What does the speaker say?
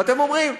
ואתם אומרים,